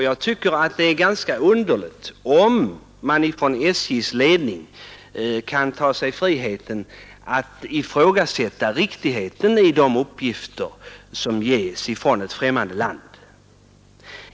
Jag tycker att det är ganska underligt om SJ:s ledning kan ifrågasätta riktigheten i de uppgifter som ges från ett främmande land.